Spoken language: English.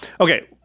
okay